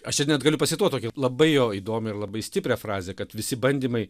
aš čia net galiu pacituot tokią labai jo įdomią ir labai stiprią frazę kad visi bandymai